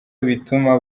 bituma